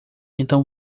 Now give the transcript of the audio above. então